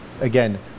Again